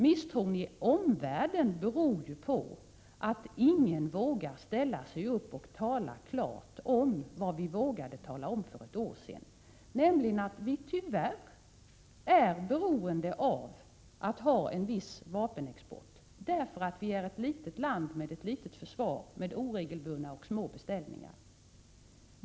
Misstron i omvärlden beror på att ingen vågar ställa sig upp och tala klart om vad vi vågade tala om för ett år sedan, nämligen att Sverige tyvärr är beroende av att ha en viss vapenexport, därför att vi är ett litet land med ett litet försvar, med oregelbundna och små beställningar.